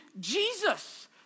Jesus